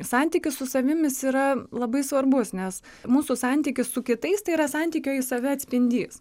santykis su savim jis yra labai svarbus nes mūsų santykis su kitais tai yra santykio į save atspindys